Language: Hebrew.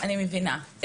אני מבינה.